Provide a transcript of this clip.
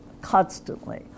constantly